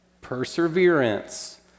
perseverance